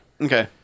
Okay